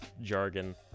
jargon